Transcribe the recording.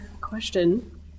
question